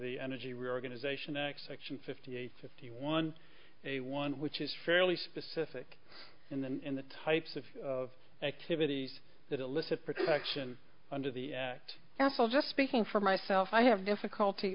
the energy reorganization x section fifty eight fifty one a one which is fairly specific in the in the types of activities that elicit protection under the act as well just speaking for myself i have difficulty